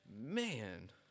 man